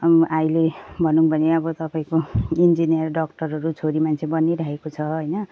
अहिले भनौँ भने अब तपाईँको इन्जिनियर डक्टरहरू छोरी मान्छे बनिरहेको छ होइन